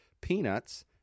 peanuts